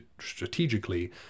strategically